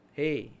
hey